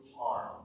harm